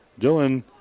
Dylan